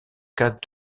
cas